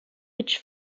which